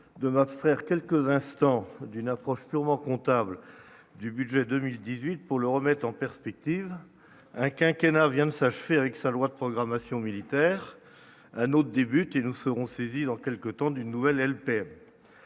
de m'abstraire tels que l'instant d'une approche purement comptable du budget 2018 pour le remettre en perspective un quinquennat vient de s'achever avec sa loi de programmation militaire un nos débuts qui nous seront dans quelque temps, d'une nouvelle LPM,